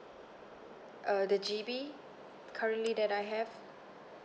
uh the G_B currently that I have